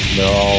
no